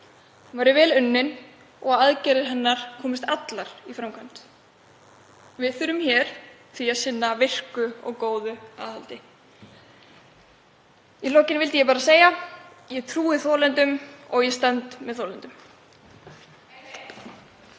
hún verði vel unnin og aðgerðir hennar komist allar í framkvæmd. Við þurfum því að sinna virku og góðu aðhaldi hér. Í lokin vildi ég bara segja: Ég trúi þolendum og ég stend með þolendum.